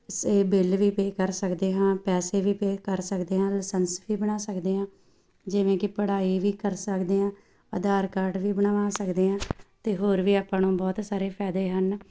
ਸ ਇਹ ਬਿੱਲ ਵੀ ਪੇ ਕਰ ਸਕਦੇ ਹਾਂ ਪੈਸੇ ਵੀ ਪੇ ਕਰ ਸਕਦੇ ਹਾਂ ਲਾਇਸੈਂਸ ਵੀ ਬਣਾ ਸਕਦੇ ਹਾਂ ਜਿਵੇਂ ਕਿ ਪੜ੍ਹਾਈ ਵੀ ਕਰ ਸਕਦੇ ਹਾਂ ਆਧਾਰ ਕਾਰਡ ਵੀ ਬਣਵਾ ਸਕਦੇ ਹਾਂ ਅਤੇ ਹੋਰ ਵੀ ਆਪਾਂ ਨੂੰ ਬਹੁਤ ਸਾਰੇ ਫ਼ਾਇਦੇ ਹਨ